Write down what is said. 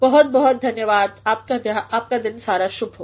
बहुत बहुत धन्यवाद आपका दिन शुभ हो